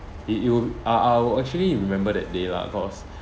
it you I I will actually remember that day lah cause